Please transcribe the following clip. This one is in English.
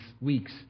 weeks